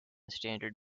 standard